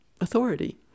authority